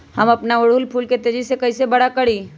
हम अपना ओरहूल फूल के तेजी से कई से बड़ा करी?